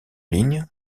ligne